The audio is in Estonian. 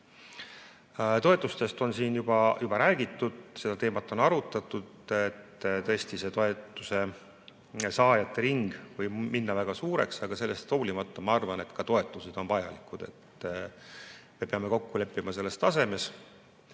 Toetustest on siin juba räägitud. Seda on arutatud, et tõesti, see toetuse saajate ring võib minna väga suureks, aga sellest hoolimata ma arvan, et toetused on vajalikud. Me peame kokku leppima selle tasemes.